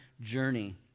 journey